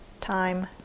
time